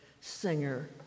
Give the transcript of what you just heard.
singer